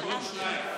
עוד שניים.